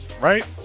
right